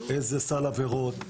איזה סל עבירות,